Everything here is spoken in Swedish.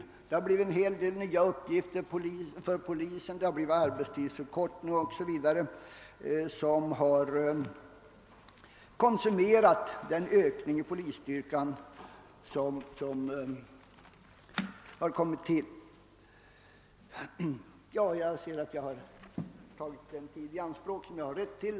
Polisen har fått en hel del nya uppgifter, man har genomfört arbetstidsförkortningar o.s.v. som har konsumerat den ökning av polisstyrkan som gjorts. Jag har nu för mitt anförande tagit den tid i anspråk som jag har rätt till.